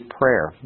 prayer